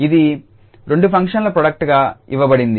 ఇది రెండు ఫంక్షన్ల ప్రోడక్ట్ గా ఇవ్వబడింది